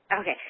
Okay